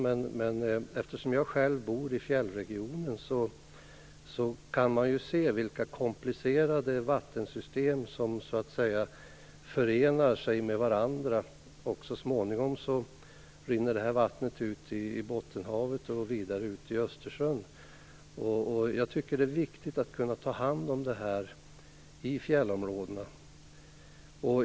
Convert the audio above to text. Själv bor jag i fjällregionen, och där kan man se vilka komplicerade vattensystem som så att säga förenar sig med varandra. Så småningom rinner vattnet ut i Bottenhavet och vidare ut i Östersjön. Jag tycker att det är viktigt att kunna ta hand om detta i fjällområdena.